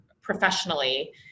professionally